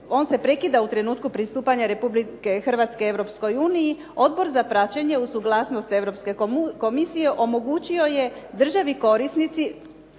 on se prekida u trenutku pristupanja Republike Hrvatske Europskoj uniji Odbor za praćenje uz suglasnost Europske komisije omogućio je državi korisnici